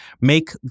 make